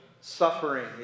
suffering